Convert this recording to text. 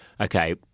okay